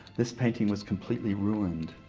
this painting was completely ruined.